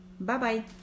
bye-bye